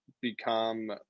become